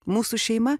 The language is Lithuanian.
mūsų šeima